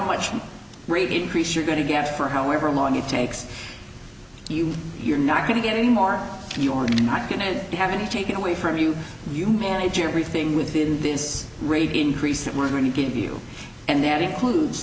much really increase you're going to get for however long it takes you you're not going to get any more you are not going to have any taken away from you you manage everything within this rate increase that we're going to give you and that includes